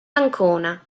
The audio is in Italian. ancona